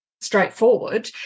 straightforward